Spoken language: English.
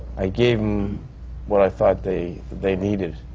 i gave them what i thought they they needed,